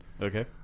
Okay